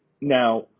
Now –